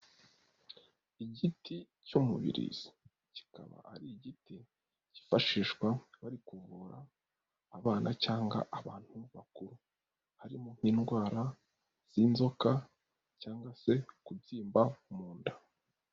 Igiti cy'umubirizi kikaba ari igiti cyifashishwa bari kuvura abana cyangwa abantu bakuru, harimo nk'indwara z'inzoka cyangwa se kubyimba mu nda.